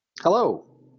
Hello